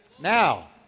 Now